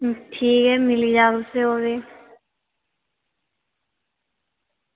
ठीक ऐ मिली जाह्ग तुसें ई होर